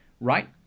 right